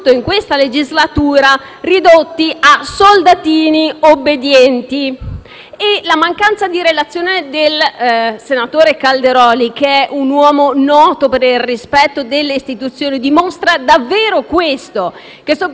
La mancanza di relazione del senatore Calderoli, che è un uomo noto per il rispetto delle istituzioni, dimostra davvero questo, cioè che i senatori, soprattutto di maggioranza, sono considerati obbedienti.